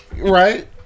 Right